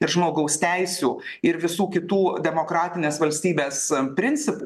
ir žmogaus teisių ir visų kitų demokratinės valstybės principų